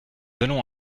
allons